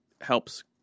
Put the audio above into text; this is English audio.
helps